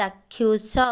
ଚାକ୍ଷୁଷ